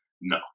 no